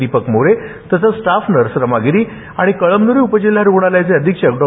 दीपक मोरे तसंच staff nurse Rama Giri आणि कळमन्री उपजिल्हा रुग्णालयाचे अधीक्षक डॉ